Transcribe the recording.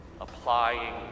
applying